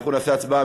אנחנו נעשה הצבעה.